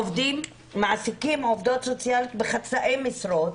עובדים מעסיקים עובדות סוציאליות בחצאי משרות,